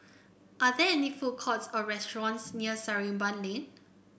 are there food courts or restaurants near Sarimbun Lane